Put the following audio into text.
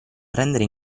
prendere